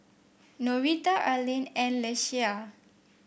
Norita Arlen and Ieshia